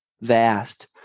vast